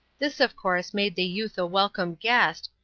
this of course made the youth a welcome guest,